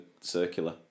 circular